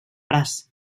braç